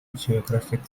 geographic